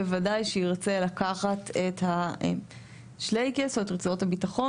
בוודאי שירצה לקחת את רצועות הבטחון